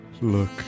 Look